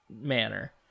manner